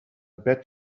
bet